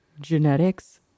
genetics